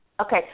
Okay